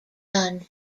guns